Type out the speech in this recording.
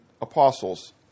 apostles